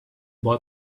boy